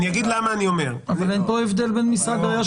אני אברר לך את